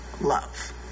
Love